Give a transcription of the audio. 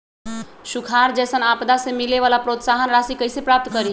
सुखार जैसन आपदा से मिले वाला प्रोत्साहन राशि कईसे प्राप्त करी?